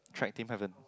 track team haven't